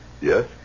Yes